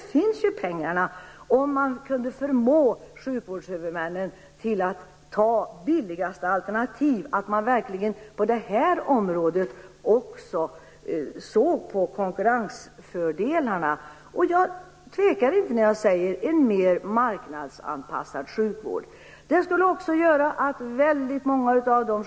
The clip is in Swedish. Där finns ju pengarna, om sjukvårdshuvudmännen kunde förmås att ta det billigaste alternativet, att också på det här området verkligen se till konkurrensfördelarna och - jag tvekar inte när jag säger det - en mer marknadsanpassad sjukvård.